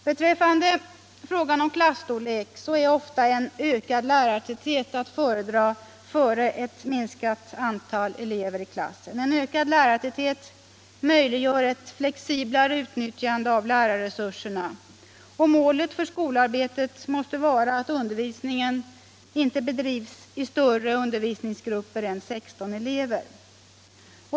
Beträffande frågan om klasstorlek är ofta en ökad lärartäthet att föredra framför ett minskat antal elever i klassen. Ökad lärartäthet möjliggör ett mera flexibelt utnyttjande av lärarresurserna. Ett mål för skolarbetet måste vara att undervisningen inte bedrivs i större undervisningsgrupper än med 16 elever.